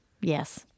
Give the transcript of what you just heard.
Yes